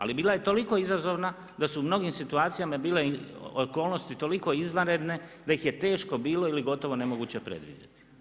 Ali bila je toliko izazovna su u mnogim situacijama bile okolnosti toliko izvanredne da ih je teško bilo ili gotovo nemoguće predvidjeti.